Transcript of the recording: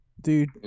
dude